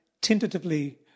tentatively